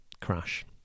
crash